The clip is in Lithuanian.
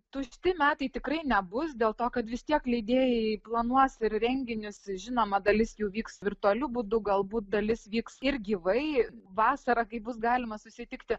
tušti metai tikrai nebus dėl to kad vis tiek leidėjai planuos ir renginius žinoma dalis jų vyks virtualiu būdu galbūt dalis vyks ir gyvai vasarą kai bus galima susitikti